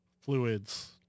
fluids